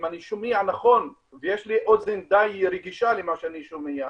אם אני שומע נכון ויש לי אוזן די רגישה למה אני שומע,